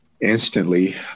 instantly